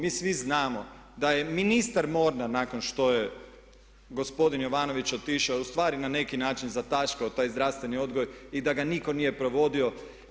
Mi svi znamo da je ministar Mornar nakon što je gospodin Jovanović otišao ustvari na neki način zataškao taj zdravstveni odgoj i da ga nitko nije provodio.